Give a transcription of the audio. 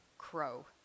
Crow